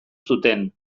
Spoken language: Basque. zuten